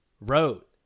wrote